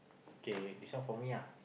okay this one for me lah